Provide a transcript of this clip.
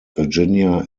virginia